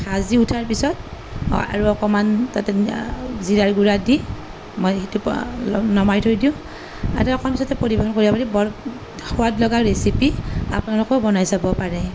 ভাজি উঠাৰ পিছত আৰু অকণমান তাতে জিৰাৰ গুৰা দি মই সিটো নমাই থৈ দিওঁ আৰু তাৰ অকণমান পিছতে পৰিবেশন কৰিব পাৰি বৰ সোৱাদ লগা ৰেচিপি আপোনালোকেও বনাই চাব পাৰে